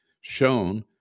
shown